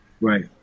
Right